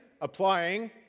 applying